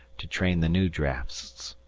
to train the new drafts.